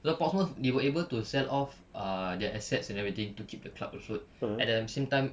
the portmore they were able to sell off ah their assets and everything to keep the club afloat at the same time